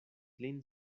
lin